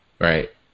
right